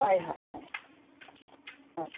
हय हय हय हय